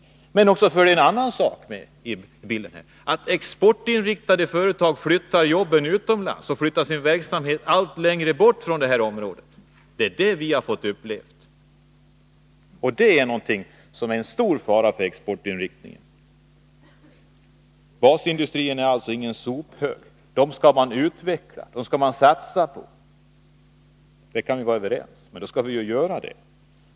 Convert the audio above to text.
Även en annan sak kommer här med i bilden, nämligen att exportinriktade företag flyttar jobben utomlands och flyttar sin verksamhet allt längre bort från detta område. Det är det vi har fått uppleva. Det innebär en stor fara för exportinriktningen. Basindustrierna är ingen sophög. Dem skall man utveckla, dem skall man satsa på. Där kan vi vara överens. Men då skall vi satsa på dem.